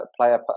player